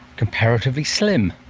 comparatively slim.